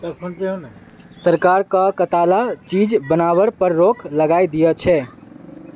सरकार कं कताला चीज बनावार पर रोक लगइं दिया छे